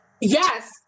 Yes